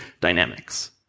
dynamics